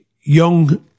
young